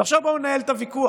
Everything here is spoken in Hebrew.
ועכשיו, בואו ננהל את הוויכוח.